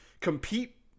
compete